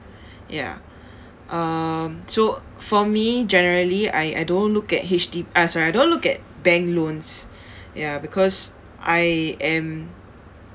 ya um so~ for me generally I I don't look at H_D~ ah sorry I don't look at bank loans ya because I am